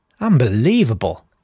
Unbelievable